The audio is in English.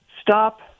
Stop